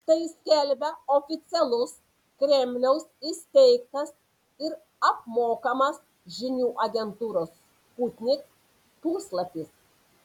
tai skelbia oficialus kremliaus įsteigtas ir apmokamas žinių agentūros sputnik puslapis